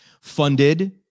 funded